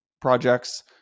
projects